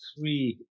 three